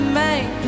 make